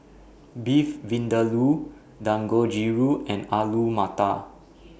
Beef Vindaloo Dangojiru and Alu Matar